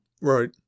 Right